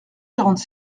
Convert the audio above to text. quarante